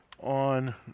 on